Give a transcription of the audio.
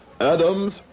adams